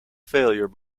failure